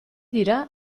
dira